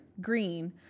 green